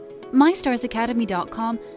MyStarsAcademy.com